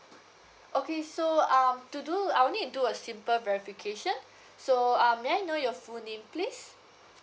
okay so um to do I'll need to do a simple verification so um may I know your full name please